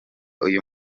uyu